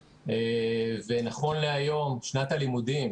ונכון להיום, שנת הלימודים